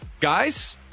Guys